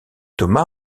thomas